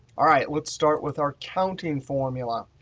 all right, let's start with our counting formula.